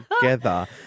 together